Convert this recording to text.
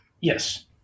Yes